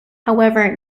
however